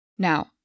Now